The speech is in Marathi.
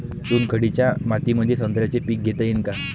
चुनखडीच्या मातीमंदी संत्र्याचे पीक घेता येईन का?